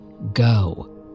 Go